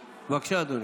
בבקשה, אדוני.